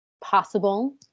possible